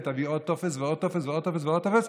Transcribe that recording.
תביא עוד טופס ועוד טופס ועוד טופס ועוד טופס,